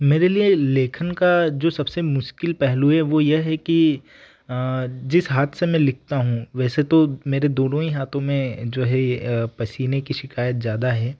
मेरे लिए लेखन का जो सबसे मुश्किल पहलू है वह यह है कि जिस हाथ से मैं लिखता हूँ वैसे तो मेरे दोनों ही हाथों में जो है यह पसीने की शिकायत ज़्यादा है